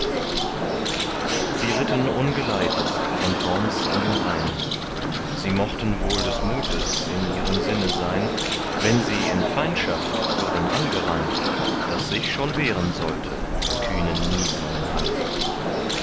sie ritten ungeleitet von worms an den rhein sie mochten wohl des mutes in ihrem sinne sein wenn sie in feindschaft würden angerannt daß sich schon wehren sollte der kühnen niblungen hand